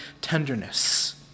tenderness